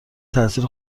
تأثیر